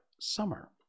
summer